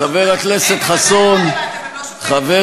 הם בוודאי לא רלוונטיים, הם לא, חבר